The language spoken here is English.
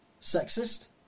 Sexist